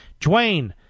Dwayne